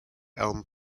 elm